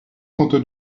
trente